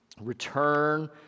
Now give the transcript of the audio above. return